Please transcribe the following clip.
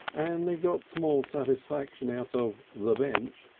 and they got small satisfaction out of the bench,